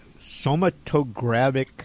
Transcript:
somatographic